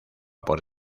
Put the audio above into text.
por